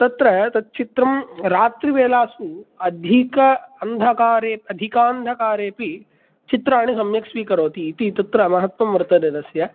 तत्र तत् चित्रं रात्रिवेलासु अधिक अन्धकारे अधिकान्धकारेऽपि चित्राणि सम्यक् स्वीकरोतीति तत्र माहात्म्यं वर्तते तस्य